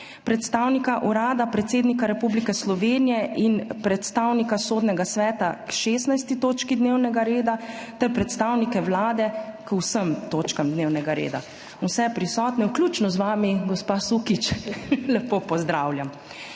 predstavnika Urada predsednika Republike Slovenije in predstavnika Sodnega sveta k 16. točki dnevnega reda ter predstavnike Vlade k vsem točkam dnevnega reda. Vse prisotne, vključno z vami, gospa Sukič, lepo pozdravljam!